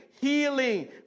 healing